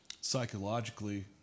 Psychologically